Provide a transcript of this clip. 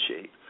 shape